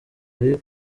ari